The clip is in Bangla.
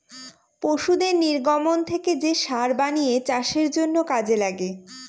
পশুদের নির্গমন থেকে যে সার বানিয়ে চাষের জন্য কাজে লাগে